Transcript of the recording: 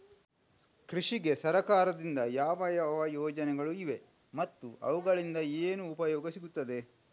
ಕೃಷಿಗೆ ಸರಕಾರದಿಂದ ಯಾವ ಯಾವ ಯೋಜನೆಗಳು ಇವೆ ಮತ್ತು ಅವುಗಳಿಂದ ಏನು ಉಪಯೋಗ ಸಿಗುತ್ತದೆ?